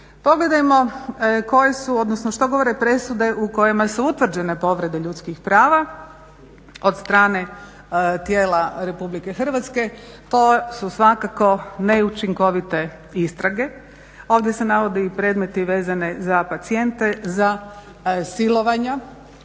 Pogledajmo koje su odnosno što govore presude u kojima su utvrđene povrede ljudskih prava od strane tijela Republike Hrvatske. To su svakako neučinkovite istrage. Ovdje se navode i predmeti vezani za pacijente, za silovanja.